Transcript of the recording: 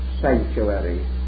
sanctuary